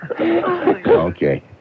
Okay